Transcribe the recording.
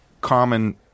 common